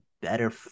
better